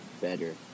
better